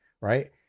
right